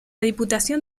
diputación